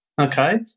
Okay